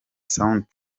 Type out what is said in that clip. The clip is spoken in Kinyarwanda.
sound